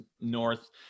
North